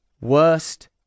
Worst